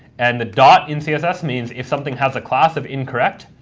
and the dot in css means if something has a class of incorrect,